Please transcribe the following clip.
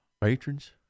patrons